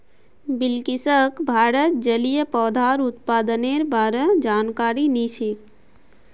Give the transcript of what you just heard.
बिलकिसक भारतत जलिय पौधार उत्पादनेर बा र जानकारी नी छेक